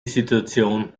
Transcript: situation